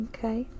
Okay